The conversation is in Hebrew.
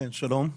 כן, שלום.